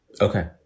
Okay